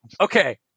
Okay